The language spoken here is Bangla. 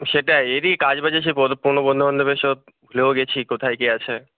সেটাই এ দিক কাজবাজ এসে পুরনো বন্ধুবান্ধবের সব ভুলেও গেছি কোথায় কে আছে